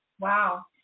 Wow